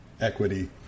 equity